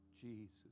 Jesus